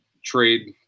trade